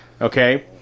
Okay